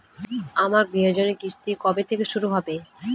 আমার গৃহঋণের কিস্তি কবে থেকে শুরু হবে?